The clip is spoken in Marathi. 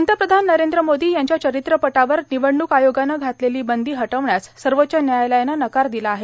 पंतप्रधान नरेंद्र मोदी यांच्या चरित्रपटावर निवडणूक आयोगानं घातलेली बंदी हटवण्यास सर्वोच्च न्यायालयानं नकार दिला आहे